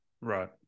Right